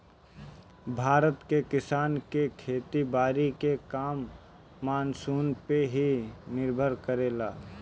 भारत के किसान के खेती बारी के काम मानसून पे ही निर्भर करेला